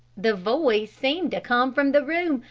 the voice seemed to come from the room,